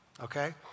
okay